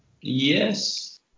Yes